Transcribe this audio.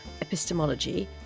epistemology